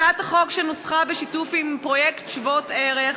הצעת החוק, שנוסחה בשיתוף עם פרויקט "שוות ערך",